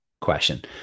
question